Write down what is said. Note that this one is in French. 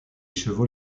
chevaux